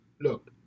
look